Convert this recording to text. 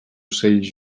ocells